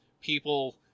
people